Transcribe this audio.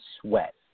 sweat